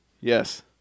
Yes